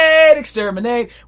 exterminate